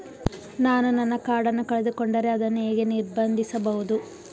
ನಾನು ನನ್ನ ಕಾರ್ಡ್ ಅನ್ನು ಕಳೆದುಕೊಂಡರೆ ಅದನ್ನು ಹೇಗೆ ನಿರ್ಬಂಧಿಸಬಹುದು?